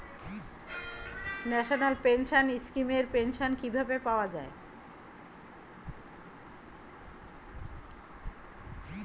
National pension scheme এর pension কিভাবে পাওয়া যায়?